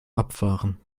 abfahren